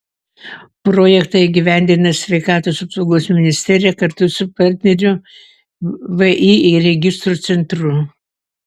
projektą įgyvendina sveikatos apsaugos ministerija kartu su partneriu vį registrų centru